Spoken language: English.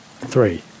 Three